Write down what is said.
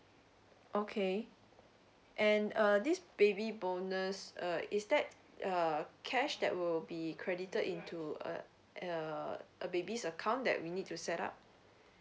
okay and err this baby bonus uh is that uh cash that will be credited into uh uh a baby's account that we need to set up